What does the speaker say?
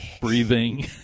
Breathing